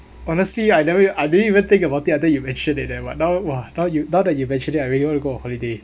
honestly I tell you I didn't even think about it until you mentioned it then but now !wah! now now that you mention it I really wanna go holiday